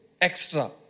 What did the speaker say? extra